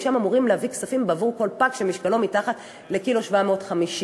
ומשם אמורים להביא כספים בעבור כל פג שמשקלו מתחת ל-1.750 ק"ג.